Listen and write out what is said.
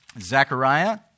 Zechariah